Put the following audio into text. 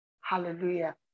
Hallelujah